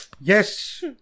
yes